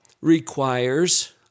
requires